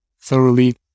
thoroughly